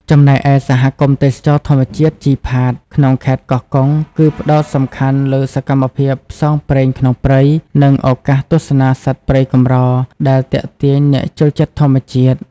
ចំណែកឯ សហគមន៍ទេសចរណ៍ធម្មជាតិជីផាត ក្នុងខេត្តកោះកុង គឺផ្ដោតសំខាន់លើសកម្មភាពផ្សងព្រេងក្នុងព្រៃ និងឱកាសទស្សនាសត្វព្រៃកម្រ ដែលទាក់ទាញអ្នកចូលចិត្តធម្មជាតិ។